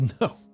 no